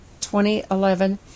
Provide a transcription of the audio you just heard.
2011